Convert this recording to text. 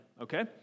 okay